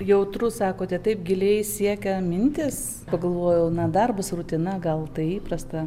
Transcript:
jautru sakote taip giliai siekia mintys pagalvoju na darbas rutina gal tai įprasta